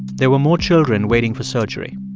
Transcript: there were more children waiting for surgery.